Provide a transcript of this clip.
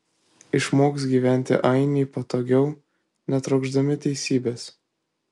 išmoks gyventi ainiai patogiau netrokšdami teisybės